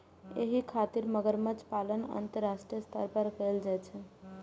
एहि खातिर मगरमच्छ पालन अंतरराष्ट्रीय स्तर पर कैल जाइ छै